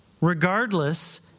regardless